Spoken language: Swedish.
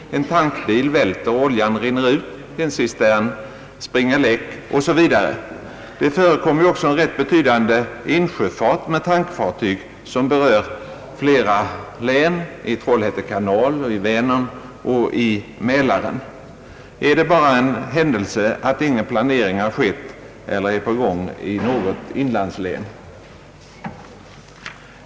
En tankbil välter och oljan rinner ut, en cistern springer läck osv. Det förekommer ju också en rätt betydande insjöfart med tankfartyg som berör flera län, i Trollhätte kanal, i Vänern och i Mälaren. Är det bara en händelse att ingen planering har skett eller är på gång i något inlandslän?